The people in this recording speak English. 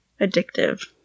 addictive